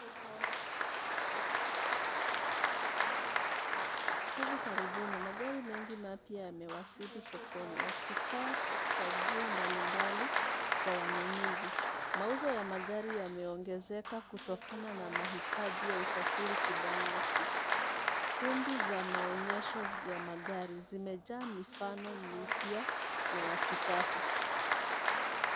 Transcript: Hivi karibuni magari mengi mapya yamewasili sokoni yakitoa chaguo mbalimbali kwa wanunuzi. Mauzo ya magari yameongezeka kutokana na mahitaji ya kusafiri kibinafsi. Kundi za maonyesho za magari zimejaa mifano mipya na ya kisasa.